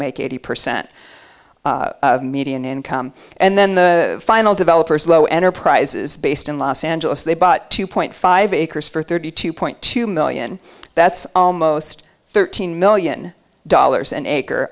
make eighty percent of median income and then the final developers low enterprises based in los angeles they bought two point five acres for thirty two point two million that's almost thirteen million dollars an acre